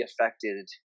affected